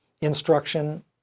instruction